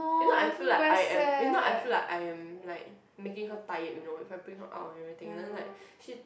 if not I feel like I am if not I feel like I am like making her tired you know if I bring her out and everything then like she